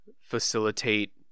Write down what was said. facilitate